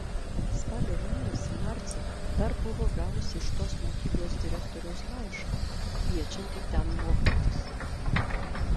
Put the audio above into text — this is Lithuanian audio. spalio mėnesį marcė dar buvo gavusi iš tos mokyklos direktoriaus laišką kviečiantį ten mokytis